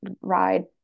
ride